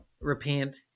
repent